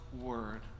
word